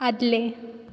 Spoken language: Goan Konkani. आदलें